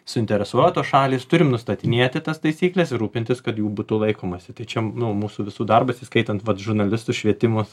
suinteresuotos šalys turim nustatinėti tas taisykles ir rūpintis kad jų būtų laikomasi tai čia nu mūsų visų darbas įskaitant vat žurnalistus švietimus